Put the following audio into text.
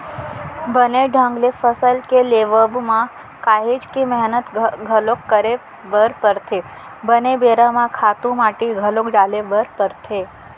बने ढंग ले फसल के लेवब म काहेच के मेहनत घलोक करे बर परथे, बने बेरा म खातू माटी घलोक डाले बर परथे